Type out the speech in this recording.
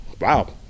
Wow